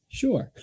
sure